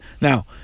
Now